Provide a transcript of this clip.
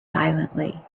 silently